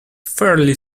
fairly